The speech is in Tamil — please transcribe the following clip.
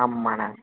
ஆமாண்ணே